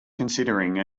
considering